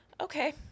Okay